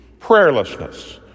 prayerlessness